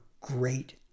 great